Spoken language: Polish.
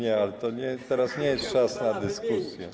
Nie, nie, teraz nie jest czas na dyskusję.